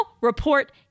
report